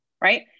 right